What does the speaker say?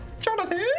Jonathan